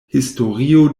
historio